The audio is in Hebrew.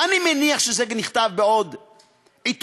אני מאמין שזה גם נכתב בעוד עיתונים,